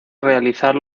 realizar